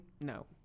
No